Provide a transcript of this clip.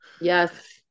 Yes